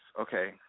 Okay